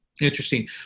Interesting